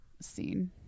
scene